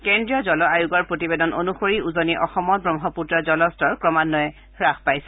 কেন্দ্ৰীয় জল আয়োগৰ প্ৰতিবেদন অনুসৰি উজনি অসমত ব্ৰহ্মপত্ৰৰ জলস্তৰ ক্ৰমান্বয়ে হ্ৰাস পাইছে